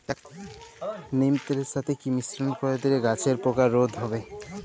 নিম তেলের সাথে কি মিশ্রণ করে দিলে গাছের পোকা রোধ হবে?